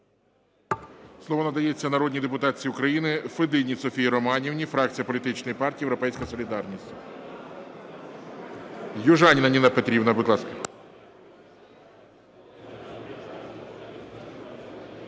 Слово надається народній депутатці України Федині Софії Романівні, фракція політичної партії "Європейська солідарність".